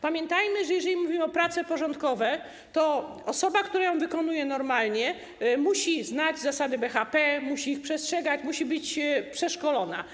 Pamiętajmy, że jeżeli mówimy: prace porządkowe, to osoba, która ją wykonuje normalnie, musi znać zasady BHP, musi ich przestrzegać, musi być przeszkolona.